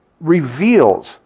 reveals